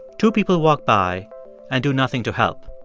two people walk by and do nothing to help.